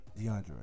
DeAndre